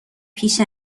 پیش